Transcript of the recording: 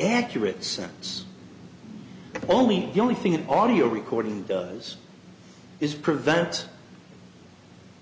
accurate sense only the only thing an audio recording does is prevent